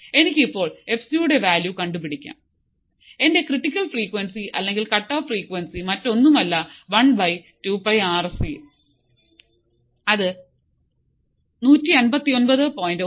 എനിക്ക് ഇപ്പോൾ F C യുടെ വാല്യൂ കണ്ടുപിടിക്കാം എന്റെ ക്രിട്ടിക്കൽ ഫ്രീക്വൻസി അല്ലെങ്കിൽ കട്ടോഫ്ഫ് ഫ്രീക്വൻസി മറ്റൊന്നും ഇല്ല 1 2 πRC അത് 159